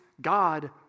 God